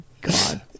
God